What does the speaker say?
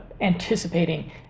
anticipating